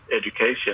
education